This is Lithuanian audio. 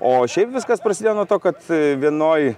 o šiaip viskas prasidėjo nuo to kad vienoj